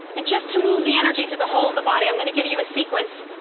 and just to move the energy through the whole of the body, i'm going to give you a sequence